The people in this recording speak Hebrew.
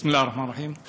בסם אללה א-רחמאן א-רחים.